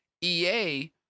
ea